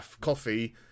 coffee